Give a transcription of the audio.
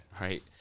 Right